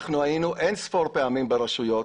אנחנו היינו אין-ספור פעמים ברשויות.